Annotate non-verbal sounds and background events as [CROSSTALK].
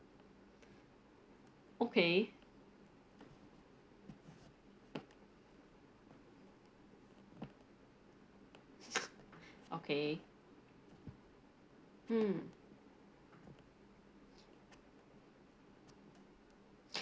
okay [NOISE] okay hmm